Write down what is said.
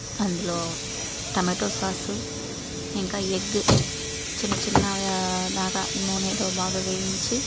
అందులో tomato sauce ఇంకా egg చిన్న చిన్నవి దాకా నూనెలో బాగా వేయించి